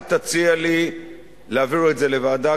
אל תציע לי להעביר את זה לוועדה,